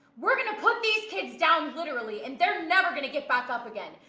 we're gonna put these kids down literally, and they're never gonna get back up again.